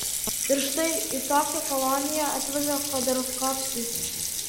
ir štai į tokią koloniją atveža chodorkovskį